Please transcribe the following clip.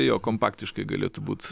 jo kompaktiškai galėtų būt